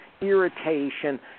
irritation